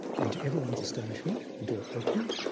and to everyone's astonishment, the door opened,